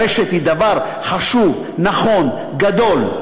הרשת היא דבר חשוב, נכון, גדול,